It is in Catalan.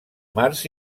març